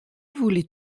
voulais